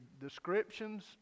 descriptions